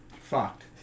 fucked